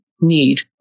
Need